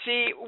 See